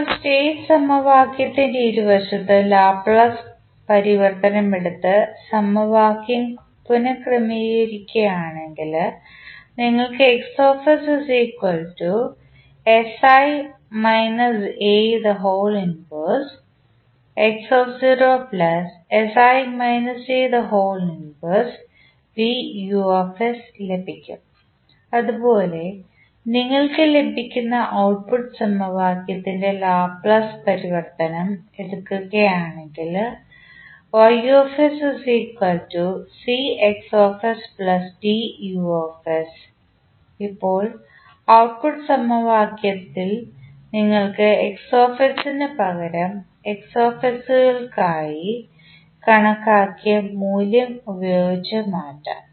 ഇപ്പോൾ സ്റ്റേറ്റ് സമവാക്യത്തിൻറെ ഇരുവശത്തും ലാപ്ലേസ് പരിവർത്തനം എടുത്ത് സമവാക്യം പുനർക്രമീകരിക്കുകയാണെങ്കിൽ നിങ്ങൾക്ക് ലഭിക്കും അതുപോലെ നിങ്ങൾക്ക് ലഭിക്കുന്ന ഔട്ട്പുട്ട് സമവാക്യത്തിൻറെ ലാപ്ലേസ് പരിവർത്തനം എടുക്കുകയാണെങ്കിൽ ഇപ്പോൾ ഔട്ട്പുട്ട് സമവാക്യത്തിൽ നിങ്ങൾക്ക് നു പകരം കൾക്കായി കണക്കാക്കിയ മൂല്യം ഉപയോഗിച്ച് മാറ്റാം